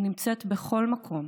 היא נמצאת בכל מקום